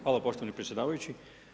Hvala poštovani predsjedavajući.